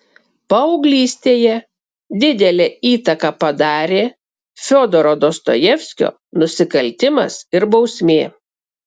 paauglystėje didelę įtaką padarė fiodoro dostojevskio nusikaltimas ir bausmė